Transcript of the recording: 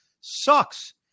sucks